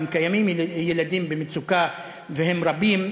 ואם קיימים ילדים במצוקה והם רבים,